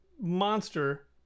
monster